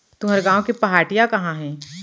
तुंहर गॉँव के पहाटिया कहॉं हे?